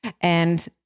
And-